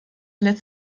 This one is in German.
lässt